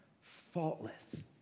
faultless